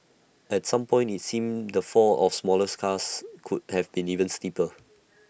at some point IT seemed the fall of smaller cars could have been even steeper